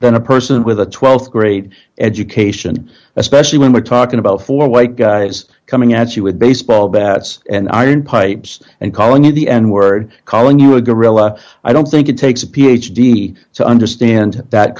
than a person with a th grade education especially when we're talking about four white guys coming at you with baseball bats and iron pipes and calling in the n word calling you a gorilla i don't think it takes a ph d to understand that